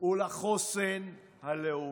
ולחוסן הלאומי.